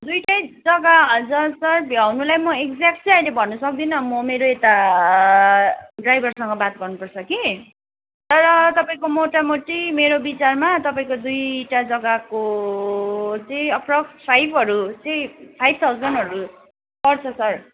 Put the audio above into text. दुइटै जग्गा हजुर सर भ्याउनुलाई म एक्ज्याक्ट चाहिँ अहिले भन्नु सक्दिनँ म मेरो यता ड्राइभरसँग बात गर्नुपर्छ कि तर तपाईँको मोटामोटी मेरो विचारमा तपाईँको दुइटा जग्गाको चाहिँ अप्रोक्स फाइभहरू चाहिँ फाइभ थाउजनहरू पर्छ सर